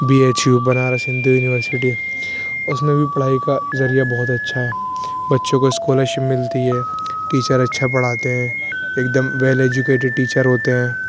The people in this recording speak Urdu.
be H U Banaras Hindu university اس میں بھی پڑھائی کا ذریعہ بہت اچھا ہے بچوں کو اسکالر شپ ملتی ہے ٹیچر اچھا پڑھاتے ہیں ایک دم ویل ایجوکیٹیڈ ٹیچر ہوتے ہیں